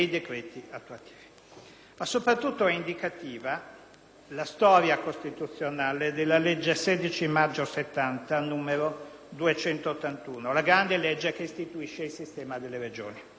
Ma soprattutto è indicativa la storia costituzionale della legge n. 281 del 16 maggio 1970, la grande legge che istituisce il sistema delle Regioni.